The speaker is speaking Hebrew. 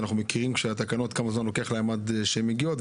ואנחנו מכירים כמה זמן לוקח לתקנות עד שהן מגיעות,